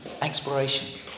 exploration